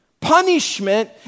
Punishment